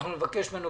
אנחנו נבקש ממנו,